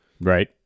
Right